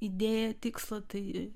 idėją tikslą tai